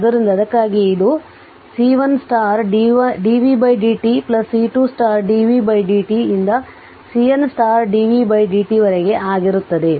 ಆದ್ದರಿಂದ ಅದಕ್ಕಾಗಿಯೇ ಇದು C1 dvdt C2 dvdt ರಿಂದ CN dvdt ರವರೆಗೆ ಆಗಿರುತ್ತದೆ